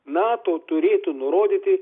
nato turėtų nurodyti